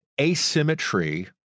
asymmetry